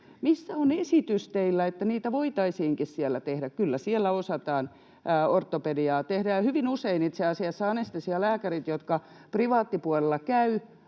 Missä on teiltä esitys, että niitä voitaisiinkin siellä tehdä? Kyllä siellä osataan ortopediaa tehdä, ja hyvin usein itse asiassa anestesialääkärit, jotka privaattipuolella käyvät,